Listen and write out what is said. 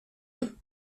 bleue